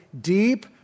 deep